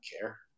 care